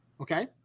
Okay